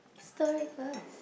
story first